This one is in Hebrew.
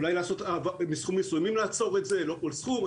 אולי לעצור את זה בסכומים מסוימים ולא בכל סכום.